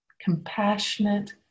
compassionate